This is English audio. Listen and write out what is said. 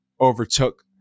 overtook